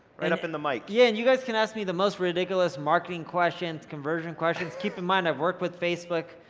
right up in the mic. yeah and you guys can ask me the most ridiculous marketing questions, conversion questions, keep in mind i've worked with facebook,